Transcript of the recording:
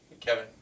Kevin